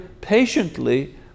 patiently